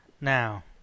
now